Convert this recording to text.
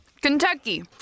Kentucky